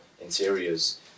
interiors